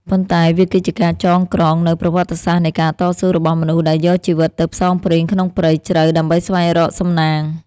ប៉ុន្តែវាគឺជាការចងក្រងនូវប្រវត្តិសាស្ត្រនៃការតស៊ូរបស់មនុស្សដែលយកជីវិតទៅផ្សងព្រេងក្នុងព្រៃជ្រៅដើម្បីស្វែងរកសំណាង។